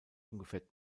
ungefähr